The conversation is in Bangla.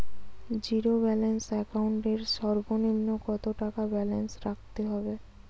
জীরো ব্যালেন্স একাউন্ট এর সর্বনিম্ন কত টাকা ব্যালেন্স রাখতে হবে?